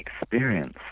experience